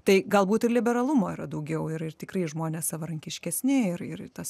tai galbūt ir liberalumo yra daugiau ir ir tikrai žmonės savarankiškesni ir ir tas